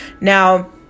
now